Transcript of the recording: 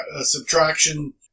subtraction